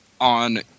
on